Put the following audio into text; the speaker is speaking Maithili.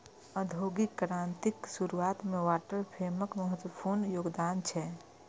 औद्योगिक क्रांतिक शुरुआत मे वाटर फ्रेमक महत्वपूर्ण योगदान छै